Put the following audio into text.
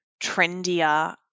trendier